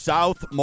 South